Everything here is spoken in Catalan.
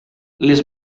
les